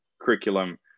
curriculum